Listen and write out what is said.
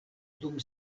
dum